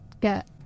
get